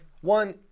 one